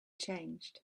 changed